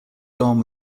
gone